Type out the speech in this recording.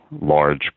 large